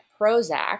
Prozac